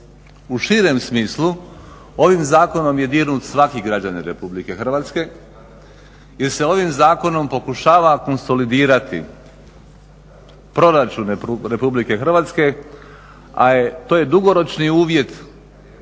U širem smislu ovaj zakon je dirnut svaki građanin Republike Hrvatske jer se ovim zakonom pokušava konsolidirati proračun Republike Hrvatske a to je dugoročni uvjet,